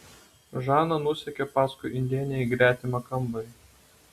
žana nusekė paskui indėnę į gretimą kambarį